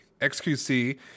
XQC